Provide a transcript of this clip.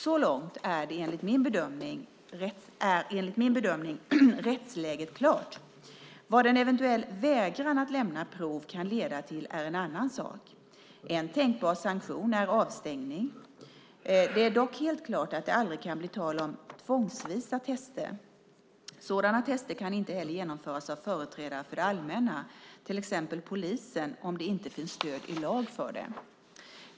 Så långt är enligt min bedömning rättsläget klart. Vad en eventuell vägran att lämna prov kan leda till är en annan sak. En tänkbar sanktion är avstängning. Det är dock helt klart att det aldrig kan bli tal om tvångsvisa tester. Sådana tester kan inte heller genomföras av företrädare för det allmänna, till exempel polisen, om det inte finns stöd i lag för det.